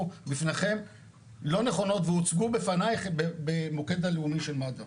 בפניכם לא נכונות והוצגו בפניך במוקד הלאומי של מד"א.